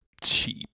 cheap